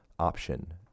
option